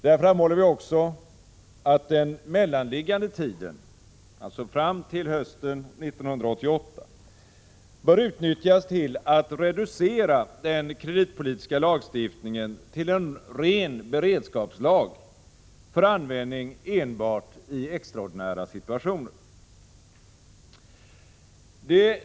Där framhåller vi också att den mellanliggande tiden, alltså fram till hösten 1988, bör utnyttjas till att reducera den kreditpolitiska lagstiftningen till en ren beredskapslag för användning enbart i extraordinära situationer.